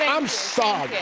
i'm sorry.